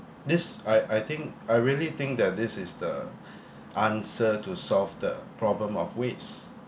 this I I think I really think that this is the answer to solve the problem of waste